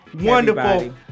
wonderful